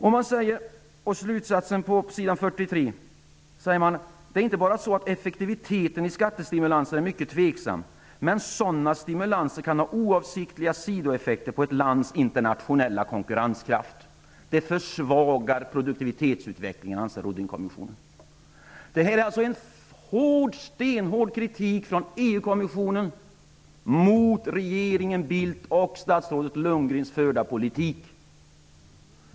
I slutsatsen på s. 43 säger man att det inte bara är så att effektiviteten i skattestimulanser är mycket tveksam; sådana stimulanser kan också ha oavsiktliga sidoeffekter på ett lands internationella konkurrenskraft. Det försvagar produktivitetsutveckligen, anser Detta innebär alltså en stenhård kritik från EU Lundgrens förda politik.